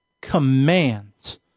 commands